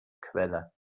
quelle